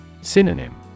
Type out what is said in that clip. Synonym